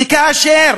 וכאשר